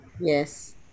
Yes